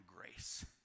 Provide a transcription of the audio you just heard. grace